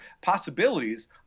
possibilities